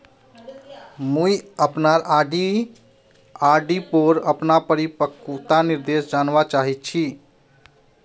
मुई अपना आर.डी पोर अपना परिपक्वता निर्देश जानवा चहची